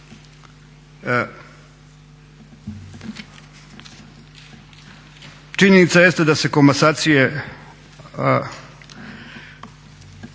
činjenica jeste da se komasacije